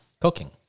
Cooking